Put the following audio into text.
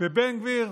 ובן גביר?